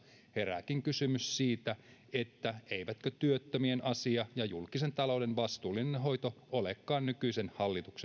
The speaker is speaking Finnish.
herääkin kysymys siitä eivätkö työttömien asia ja julkisen talouden vastuullinen hoito olekaan nykyisen hallituksen